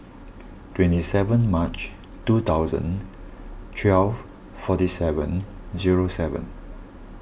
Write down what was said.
twenty seven March two thousand twelve forty seven zero seven